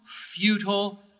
futile